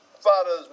father's